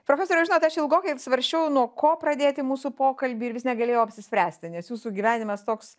profesoriau žinot aš ilgokai svarsčiau nuo ko pradėti mūsų pokalbį ir vis negalėjau apsispręsti nes jūsų gyvenimas toks